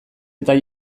eta